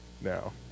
now